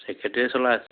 চেক্ৰেটাৰীয়ে চলাই আছে